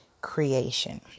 creation